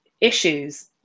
issues